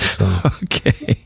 Okay